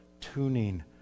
tuning